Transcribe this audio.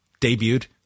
debuted